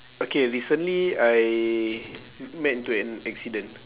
okay recently I met into an accident